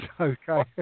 okay